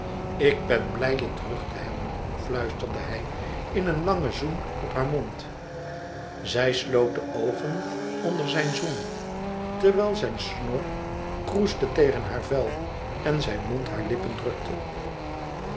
ik ben blij je terug te hebben fluisterde hij in een langen zoen op haar mond zij sloot de oogen onder zijn zoen terwijl zijn snor kroesde tegen haar vel en zijn mond hare lippen drukten